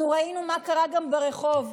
אנחנו ראינו מה קרה גם ברחוב,